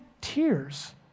tears